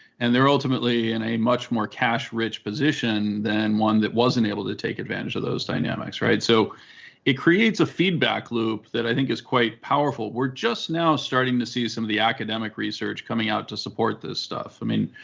and they're ultimately in a much more cash-rich position than one that wasn't able to take advantage of those dynamics, right? so it creates a feedback feedback loop that i think is quite powerful. we're just now starting to see some of the academic research coming out to support this stuff. i mean,